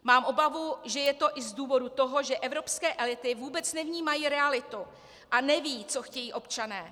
Mám obavu, že je to i z důvodu toho, že evropské elity vůbec nevnímají realitu a nevědí, co chtějí občané.